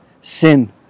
sin